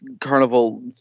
carnival